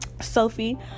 Sophie